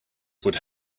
would